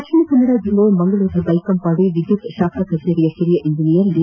ದಕ್ಷಿಣಕನ್ನಡ ಜಿಲ್ಲೆ ಮಂಗಳೂರಿನ ಬೈಕಂಪಾಡಿ ವಿದ್ಯುತ್ ಶಾಖಾ ಕಚೇರಿಯ ಕಿರಿಯ ಶ್ ಇಂಜಿನಿಯರ್ ದಿ